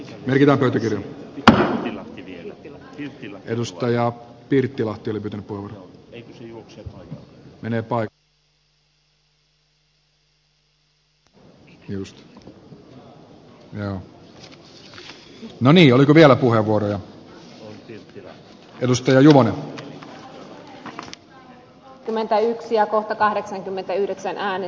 riitahan pitää yllä edustaja pirttilahti ja sitten oli vielä kohta kahdeksankymmentäyhdeksän anne